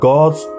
God's